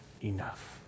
enough